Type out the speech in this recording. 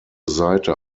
seite